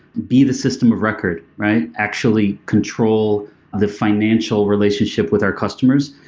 be the system of record, right? actually control the financial relationship with our customers,